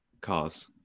cars